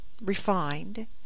refined